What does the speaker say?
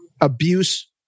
abuse